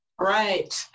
Right